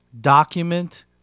document